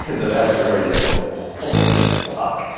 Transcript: the vast majority just go holy fuck.